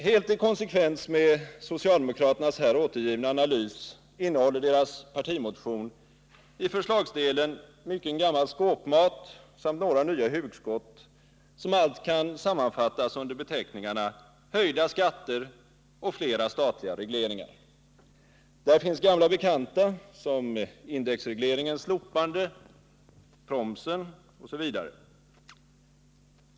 Helt i konsekvens med socialdemokraternas här återgivna analys innehåller deras partimotion i förslagsdelen mycken gammal skåpmat samt några nya hugskott, som allt kan sammanfattas under beteckningarna höjda skatter och flera statliga regleringar. Där finns gamla bekanta som indexregleringens slopande, promsen osv.